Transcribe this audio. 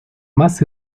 más